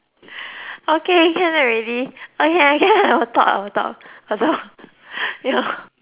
okay can already okay I can I will talk I will talk I'll talk your